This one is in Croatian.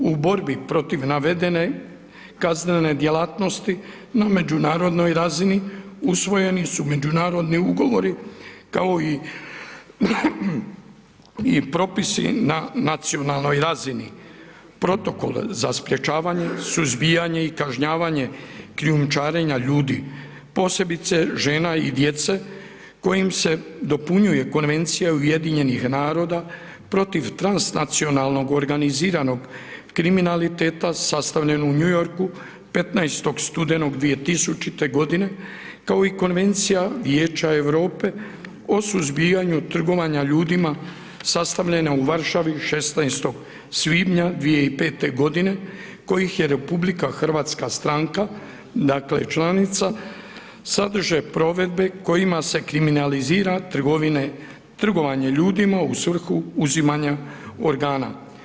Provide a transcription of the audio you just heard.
U borbi protiv navedene kaznene djelatnosti na međunarodnoj razini, usvojeni su međunarodni ugovori kao i propisi na nacionalnoj razini, protokol za sprječavanje, suzbijanje i kažnjavanje krijumčarenja ljudi posebice žena i djece kojim se dopunjuje Konvencija UN-a protiv transnacionalnog organiziranog kriminaliteta sastavljenog u New Yorku 15. studenog 2000. g. kao i Konvencija Vijeća Europe o suzbijanju trgovanja ljudima sastavljana u Varšavi 16. svibnja 2005. g. kojih je RH stranka, dakle članica, sadržaj provedbe kojima se kriminalizira trgovanje ljudima u svrhu uzimanja organa.